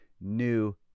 New